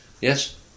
yes